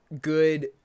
good